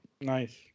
nice